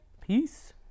Peace